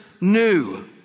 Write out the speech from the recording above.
new